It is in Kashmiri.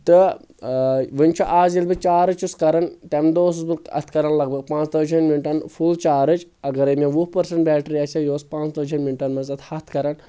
تہٕ وۄنۍ چھُ آز ییٚلہِ بہٕ چارٕج چھُس کران تمہِ دۄہ اوسُس بہٕ اتھ کرن لگ بگ پانٛژھ تٲجی ہن منٛٹن فُل چارٕج اگرٕے مےٚ وُہ پٔرسنٹ بیٹری آسہِ ہا یہِ اوس پانٛژ تٲجی ہن منٛٹن منٛز اتھ ہتھ کران